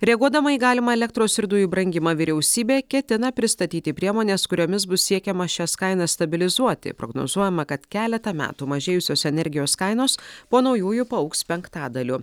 reaguodama į galimą elektros ir dujų brangimą vyriausybė ketina pristatyti priemones kuriomis bus siekiama šias kainas stabilizuoti prognozuojama kad keletą metų mažėjusios energijos kainos po naujųjų paaugs penktadaliu